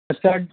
stand